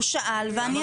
הוא שאלה ואני עניתי.